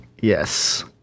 Yes